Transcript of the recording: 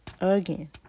again